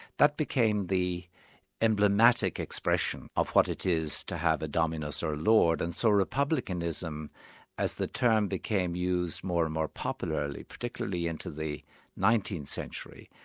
that became the emblematic expression of what it is to have a dominus or lord, and so republicanism as the term became used more and more popularly, particularly into the nineteenth century,